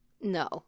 No